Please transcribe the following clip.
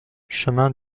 chemin